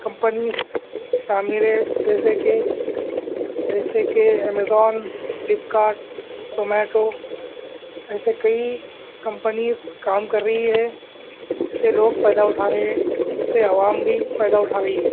companies تعمیر ہے جیسے کہ ایسے کہ ایموزون فلپ کارٹ زومیٹو ایسے کئی کمپنیز کام کر رہی ہے جس سے لوگ فائدہ اٹھا رہے ہے اس سے عوام بھی فائدہ اٹھا رہی ہے